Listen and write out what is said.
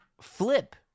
flip